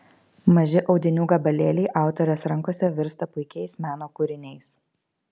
maži audinių gabalėliai autorės rankose virsta puikiais meno kūriniais